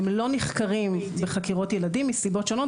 הם לא נחקרים בחקירות ילדים מסיבות שונות,